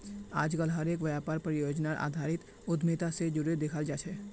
आजकल हर एक व्यापारक परियोजनार आधारित उद्यमिता से जोडे देखाल जाये छे